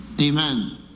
amen